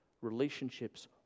relationships